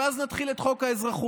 ואז נתחיל את חוק האזרחות.